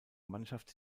mannschaft